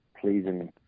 pleasing